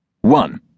One